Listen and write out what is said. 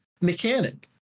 mechanic